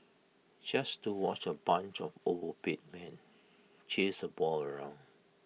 just to watch A bunch of overpaid men chase A ball around